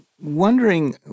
wondering